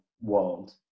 world